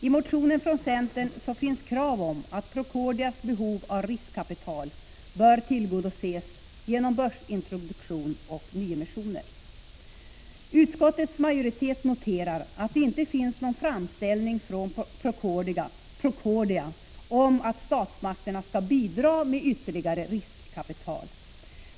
I motionen från centern krävs att Procordias behov av riskkapital skall tillgodoses genom börsintroduktion och nyemissioner. Utskottets majoritet noterar att det inte finns någon framställning från Procordia om att statsmakterna skall bidra med ytterligare riskkapital.